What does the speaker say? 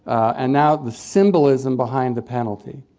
and now the symbolism behind the penalty.